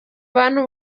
bantu